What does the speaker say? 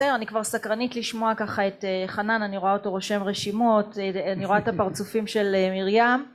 אני כבר סקרנית לשמוע ככה את חנן. אני רואה אותו רושם רשימות, אני רואה את הפרצופים של מרים